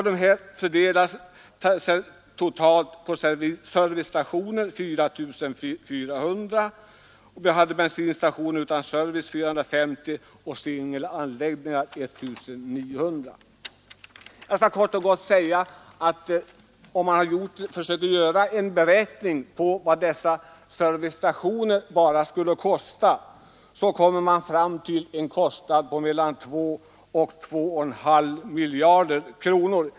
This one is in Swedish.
De fördelade sig på servicestationer 4 400, bensinstationer utan service 450 och singelanläggningar 1900. Om man försöker göra en beräkning av vad bara servicestationerna skulle kosta att överta, så kommer man fram till en kostnad på mellan 2 och 2 1/2 miljarder kronor.